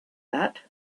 that